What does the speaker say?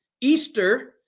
Easter